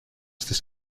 στις